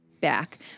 back